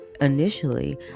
initially